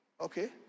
Okay